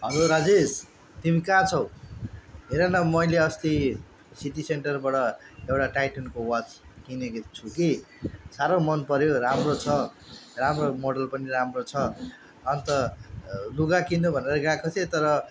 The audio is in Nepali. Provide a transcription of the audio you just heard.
हेलो राजेस तिमी कहाँ छौ हेर न मैले अस्ति सिटी सेन्टरबाट एउटा टाइटनको वाच किनेको छु कि साह्रो मन पऱ्यो राम्रो छ राम्रो मोडल पनि राम्रो छ अन्त लुगा किन्नु भनेर गएको थिएँ तर